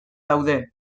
daude